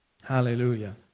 Hallelujah